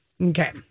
Okay